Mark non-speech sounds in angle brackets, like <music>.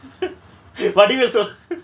<laughs> vadivel so~ <noise>